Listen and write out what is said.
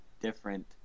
Different